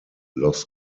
los